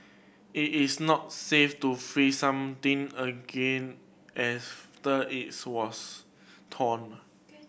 it is not safe to freeze something again after it was thawed